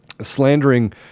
slandering